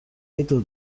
little